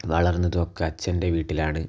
വളർന്നതും ഒക്കെ അച്ഛൻ്റെ വീട്ടിലാണ്